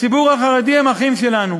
הציבור החרדי הם אחים שלנו.